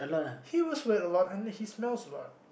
he must sweat a lot I mean he smells a lot